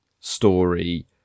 story